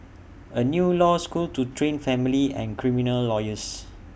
A new law school to train family and criminal lawyers